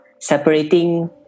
separating